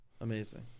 Amazing